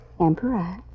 Emperor